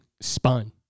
spun